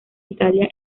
italia